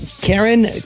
Karen